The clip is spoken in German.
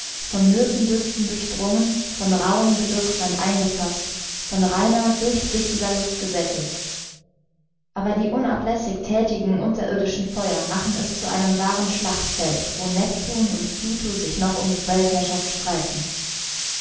von myrthendüften durchdrungen von rauhem gebirgsland eingefaßt von reiner durchsichtiger luft gesättigt aber die unablässig thätigen unterirdischen feuer machen es zu einem wahren schlachtfeld wo neptun und pluto sich noch um die weltherrschaft streiten